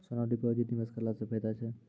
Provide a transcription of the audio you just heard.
सोना deposit निवेश करला से फैदा छै?